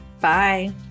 Bye